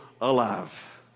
alive